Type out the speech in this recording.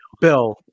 bill